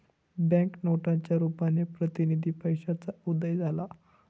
bank नोटांच्या रुपाने प्रतिनिधी पैशाचा उदय झाला